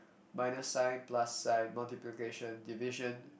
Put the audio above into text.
minus sign plus sign multiplication division